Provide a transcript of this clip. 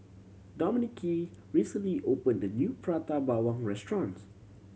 Dominique recently opened a new Prata Bawang restaurant